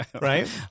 right